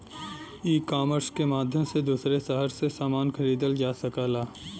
ecommerce के माध्यम से दूसरे शहर से समान खरीदल जा सकला